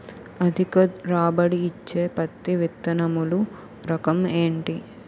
అధిక రాబడి ఇచ్చే పత్తి విత్తనములు రకం ఏంటి?